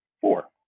four